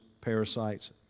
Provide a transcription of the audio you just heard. parasites